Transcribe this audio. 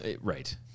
right